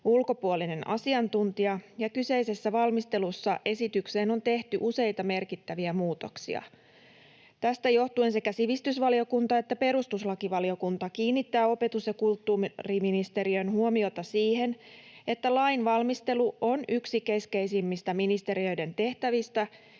ulkopuolinen asiantuntija, ja kyseisessä valmistelussa esitykseen on tehty useita merkittäviä muutoksia. Tästä johtuen sekä sivistysvaliokunta että perustuslakivaliokunta kiinnittävät opetus- ja kulttuuriministeriön huomiota siihen, että lainvalmistelu on yksi keskeisimmistä ministeriöiden tehtävistä,